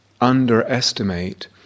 underestimate